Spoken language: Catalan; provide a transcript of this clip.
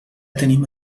tenim